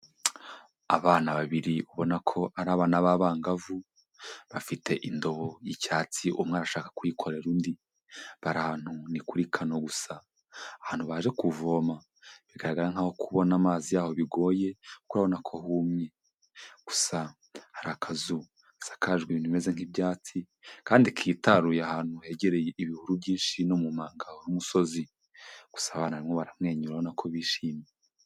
Abana babiri ubona ko ari abana b'abangavu, bafite indobo y'icyatsi umwe arashaka kuyikorera undi, barahantu ni kuri kano gusa ahantu baje kuvoma bigaragara nkaho kubona amazi yaho bigoye, kuko urabona ko humye, gusa hari akazu gasakajwe bimeze nk'ibyatsi kandi kitaruye ahantu hegereye ibihuru byinshi no mu mpanga y'umusozi gusa abana baramwenyura ubonako bishimye.